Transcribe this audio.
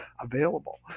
available